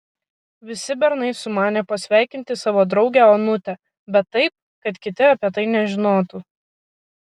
visi bernai sumanė pasveikinti savo draugę onutę bet taip kad kiti apie tai nežinotų